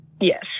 Yes